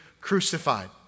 crucified